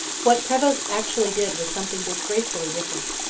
what prevost actually did was something disgracefully different.